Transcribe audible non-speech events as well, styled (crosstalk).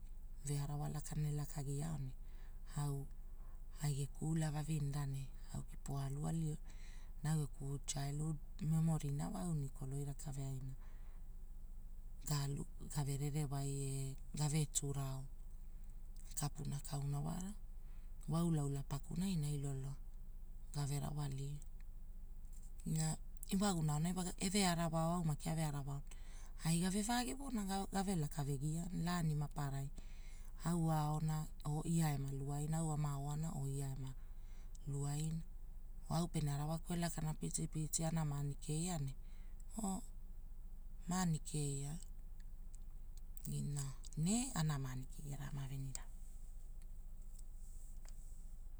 Vearawa lakana elakagiao ne au ai geku ula vavinera ne, au kipo aluali ole. Na au geku chal hood memorina wa au Nikol goi raka veaina. Talu gave rerewai ee gave turao, kapuna kauna wara. Wa ulaula pakunai ai lualua, gave rawalio. Na iwagumona aonai wa eve arawao e au maki ave arawao. Ai gave vaagevona gao gave laka vevenina laani mapararai. Au aona oo ia ema luaina, au ama oana oo ia ema luaaina oo pene au arawaku elakana pitipiti ana maani kea ne (hesitation) maani keia, inaneana maani keia ama veniana.